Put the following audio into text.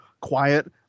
quiet